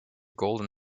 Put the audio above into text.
golden